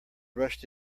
rushed